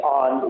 on